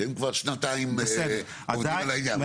שהם כבר שנתיים עובדים על העניין.